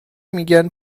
میگن